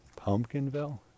Pumpkinville